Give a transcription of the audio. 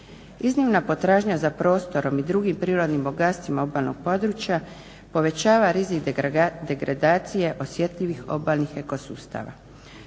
Iznimna potražnja za prostorom i drugim prirodnim bogatstvima obalnog područja povećava rizik degradacije, osjetljivih obalnih eko sustava.